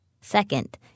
Second